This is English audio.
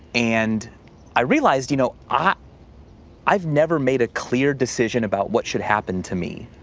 and i realized, you know ah i've never made a clear decision about what should happen to me.